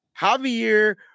Javier